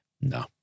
No